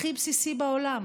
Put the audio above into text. הכי בסיסי בעולם: